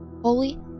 Holy